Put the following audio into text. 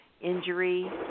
injury